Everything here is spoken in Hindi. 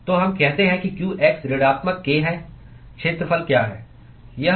तो हम कहते हैं कि qx ऋणात्मक k है क्षेत्रफल क्या है